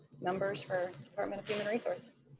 numbers for department of human resource.